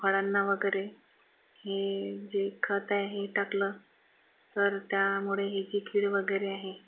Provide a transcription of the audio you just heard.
फळांना वगैरे हे जे खत आहे हे टाकलं तर त्यामुळे ही जी कीड वगैरे आहे